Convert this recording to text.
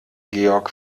georg